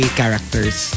characters